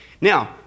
Now